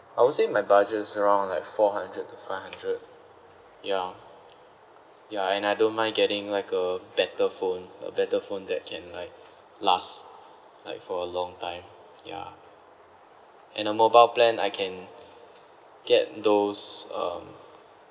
I would say my budget is around like four hundred to five hundred ya ya and I don't mind getting like a better phone a better phone that can like last like for a long time ya and a mobile plan I can get those uh